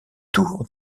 tour